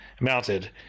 mounted